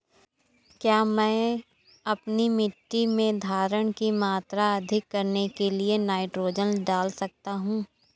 क्या मैं अपनी मिट्टी में धारण की मात्रा अधिक करने के लिए नाइट्रोजन डाल सकता हूँ?